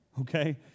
Okay